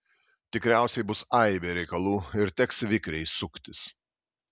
tikriausiai bus aibė reikalų ir teks vikriai suktis